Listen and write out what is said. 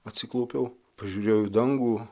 atsiklaupiau pažiūrėjau į dangų